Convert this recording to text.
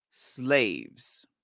Slaves